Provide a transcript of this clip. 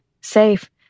safe